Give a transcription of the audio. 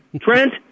Trent